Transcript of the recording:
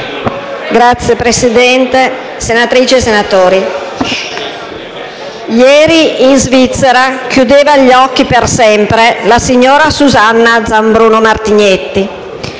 Signor Presidente, senatrici e senatori, ieri in Svizzera chiudeva gli occhi per sempre la signora Susanna Zambruno Martignetti,